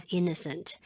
innocent